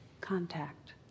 Contact